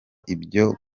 ibyo